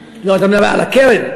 לא, אתה מדבר על הקרן.